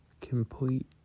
complete